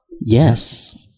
Yes